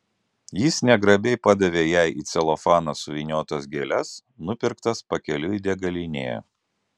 jis negrabiai padavė jai į celofaną suvyniotas gėles nupirktas pakeliui degalinėje